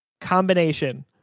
combination